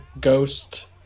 ghost